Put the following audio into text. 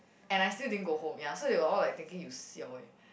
and I still didn't go home ya so they were all like thinking you siao eh